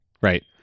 Right